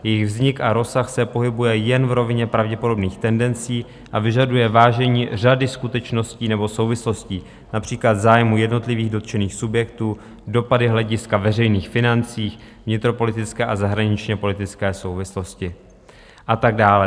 Jejich vznik a rozsah se pohybuje jen v rovině pravděpodobných tendencí a vyžaduje vážení řady skutečností nebo souvislostí, například zájmu jednotlivých dotčených subjektů, dopady hlediska veřejných financí, vnitropolitické a zahraničněpolitické souvislosti a tak dále.